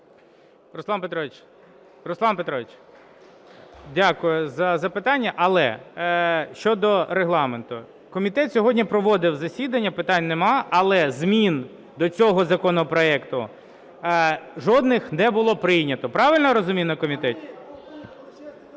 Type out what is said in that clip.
Руслане Петровичу, дякую за запитання. Але щодо Регламенту. Комітет сьогодні проводив засідання – питань нема. Але змін до цього законопроекту жодних не було прийнято, правильно я розумію, на комітеті?